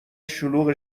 شلوغ